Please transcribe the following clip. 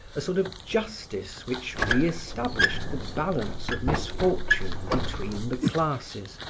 a sort of justice which re-established the balance of misfortune between the classes,